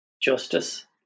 justice